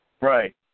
Right